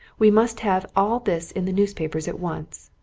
we must have all this in the newspapers at once.